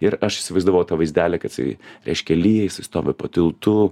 ir aš įsivaizdavau tą vaizdelį kad jisai reiškia lyja jisai stovi po tiltu